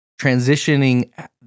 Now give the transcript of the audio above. transitioning